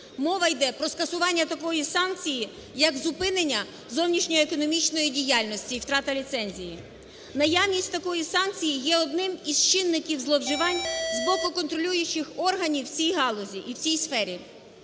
Мова йде про скасування такої санкції, як зупинення зовнішньоекономічної діяльності і втрата ліцензії. Наявність такої санкції є одним із чинників зловживань з боку контролюючих органів в цій галузі і в цій сфері.